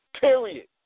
period